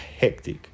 hectic